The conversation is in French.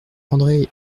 andré